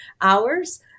hours